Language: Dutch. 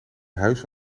huis